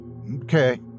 Okay